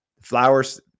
Flowers